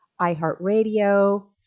iheartradio